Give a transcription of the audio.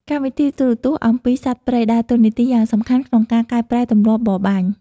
កម្មវិធីទូរទស្សន៍អំពីសត្វព្រៃ ដើរតួនាទីយ៉ាងសំខាន់ក្នុងការកែប្រែទម្លាប់បរបាញ់។